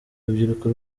urubyiruko